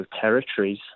territories